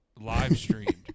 live-streamed